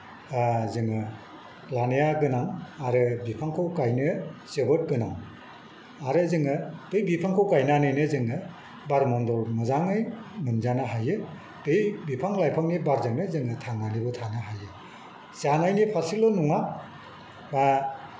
जोङो लानाया गोनां आरो बिफांखौ गायनो जोबोद गोनां आरो जोङो बै बिफांखौ गायनानैनो जोङो बार मन्दल मोजाङै मोनजानो हायो बे बिफां लाइफांनि बारजोंनो जोङो थांनानैबो थानो हायो जानायनि फारसेल' नङा बा